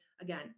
again